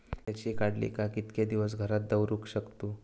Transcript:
मिर्ची काडले काय कीतके दिवस घरात दवरुक शकतू?